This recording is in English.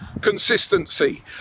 Consistency